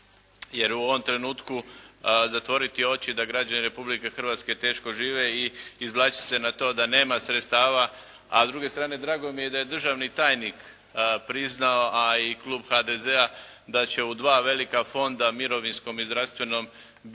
Jer u ovom trenutku zatvoriti oči da građani Republike Hrvatske teško žive i izvlačiti se na to da nema sredstava. A s druge strane drago mi je da je državni tajnik priznao a i klub HDZ-a da će u dva velika fonda, mirovinskom i zdravstvenom, biti